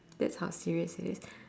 that's how serious it is